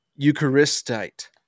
Eucharistite